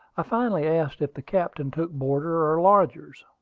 i finally asked if the captain took boarders or lodgers.